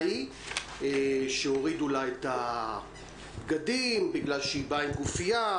ההיא שהורידו לה את הבגדים בגלל שהיא באה עם גופייה,